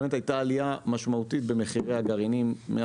באמת הייתה עלייה משמעותית במחירי הגרעינים.